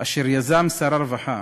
אשר יזם שר הרווחה